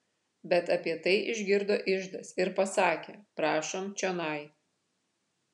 bet apie tai išgirdo iždas ir pasakė prašom čionai